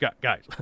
guys